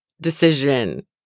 decision